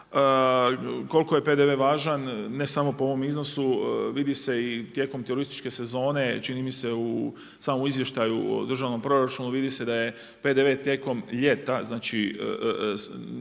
Koliko je PDV važan ne samo po ovom iznosu vidi se i tijekom turističke sezone. Čini mi se u samom izvještaju o državnom proračunu vidi se da je PDV tijekom ljeta on nema